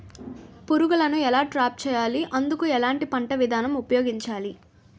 పురుగులను ఎలా ట్రాప్ చేయాలి? అందుకు ఎలాంటి పంట విధానం ఉపయోగించాలీ?